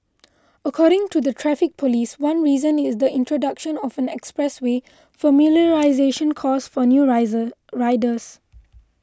according to the Traffic Police one reason is the introduction of an expressway familiarisation course for new riser riders